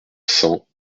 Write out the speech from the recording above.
cent